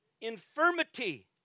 infirmity